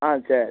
ஆ சரி